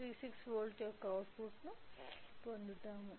36 volt యొక్క అవుట్పుట్ను పొందుతున్నాము